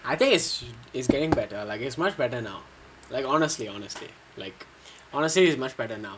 I think is is getting better like is much better now like honestly honestly like honestly is much better now